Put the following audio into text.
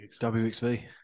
WXV